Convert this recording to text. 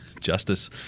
Justice